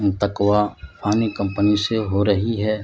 تکوا فانی کمپنی سے ہو رہی ہے